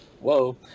Whoa